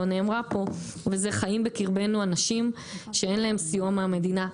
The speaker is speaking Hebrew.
נאמרה פה וזה חיים בקרבנו אנשים שאין להם סיוע מהמדינה בכלל,